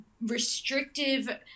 restrictive